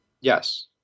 yes